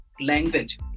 language